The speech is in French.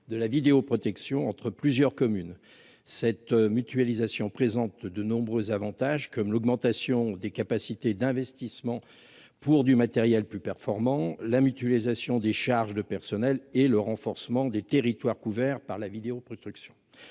de la vidéoprotection entre plusieurs communes cette mutualisation présente de nombreux avantages comme l'augmentation des capacités d'investissement pour du matériel plus performant, la mutualisation des charges de personnel et le renforcement des territoires couverts par la vidéo pour